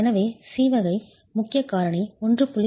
எனவே C வகை முக்கிய காரணி 1